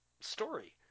story